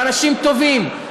ואנשים טובים,